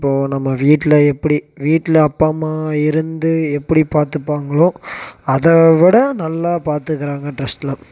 இப்போது நம்ம வீட்டில் எப்படி வீட்டில அப்பா அம்மா இருந்து எப்படி பார்த்துப்பாங்களோ அதவிட நல்லா பார்த்துக்குறாங்க ட்ரஸ்ட்டில்